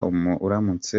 uramutse